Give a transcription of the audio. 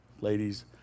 ladies